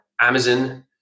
Amazon